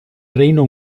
reino